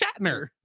shatner